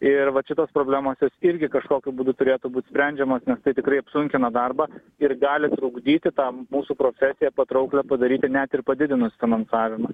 ir vat šitos problemos jos irgi kažkokiu būdu turėtų būt sprendžiamos tai tikrai apsunkina darbą ir gali trukdyti tam mūsų profesiją patrauklią padaryti net ir padidinus finansavimą